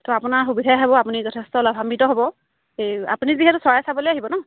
তো আপোনাৰ সুবিধাই হ'ব আপুনি যথেষ্ট লাভান্বিত হ'ব এই আপুনি যিহেতু চৰাই চাবলৈ আহিব ন